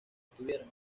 estuvieran